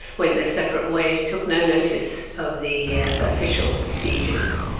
went their separate ways, took no notice of the official procedures.